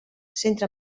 centre